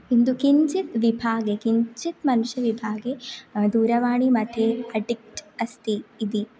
किन्तु किञ्चित् विभागे किञ्चित् मनुष्यविभागे दूरवाणी्मध्ये अडिक्ट् अस्ति इति